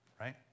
right